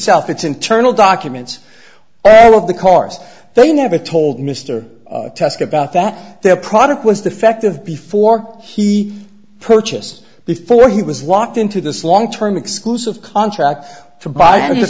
itself it's internal documents of the cars they never told mr test about that their product was defective before he purchased before he was locked into this long term exclusive contract to buy the